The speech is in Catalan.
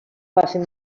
passen